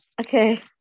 Okay